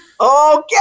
Okay